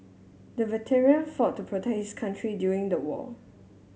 the veteran fought to protect his country during the war